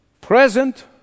present